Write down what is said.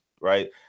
right